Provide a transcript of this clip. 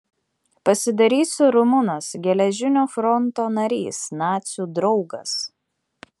pasidarysiu rumunas geležinio fronto narys nacių draugas